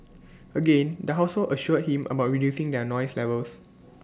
again the household assured him about reducing their noise levels